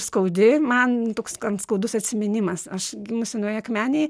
skaudi man toks skaudus atsiminimas aš gimusi naujoj akmenėj